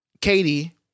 Katie